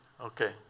Okay